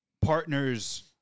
partner's